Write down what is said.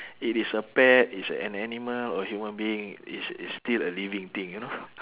it is a pet is a an animal or a human being it's it's still a living thing you know